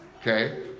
Okay